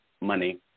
money